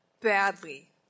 badly